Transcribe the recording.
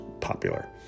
popular